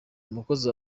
umukozi